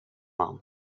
han